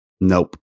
Nope